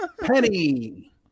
Penny